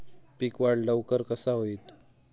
पीक वाढ लवकर कसा होईत?